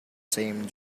same